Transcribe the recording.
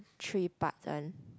three part one